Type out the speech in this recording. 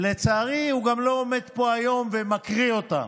ולצערי הוא גם לא עומד פה היום ומקריא אותה.